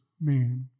man